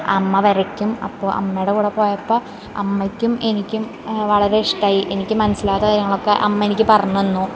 അമ്മ വരയ്ക്കും അപ്പോൾ അമ്മയുടെ കൂടെ പോയപ്പോൾ അമ്മയ്ക്കും എനിക്കും വളരെ ഇഷ്ട്ടമായി എനിക്ക് മനസ്സിലാവത്ത കാര്യങ്ങളൊക്കെ അമ്മ എനിക്ക് പറഞ്ഞുതന്നു